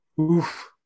Oof